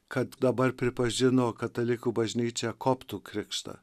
kad dabar pripažino katalikų bažnyčia koptų krikštą